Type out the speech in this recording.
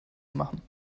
machen